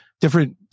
different